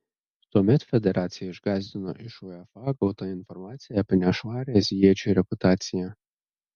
tuomet federaciją išgąsdino iš uefa gauta informacija apie nešvarią azijiečių reputaciją